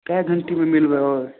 कए घंटीमे मिलबै आओर